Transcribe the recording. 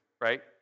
right